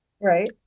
right